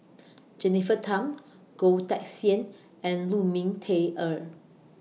Jennifer Tham Goh Teck Sian and Lu Ming Teh Earl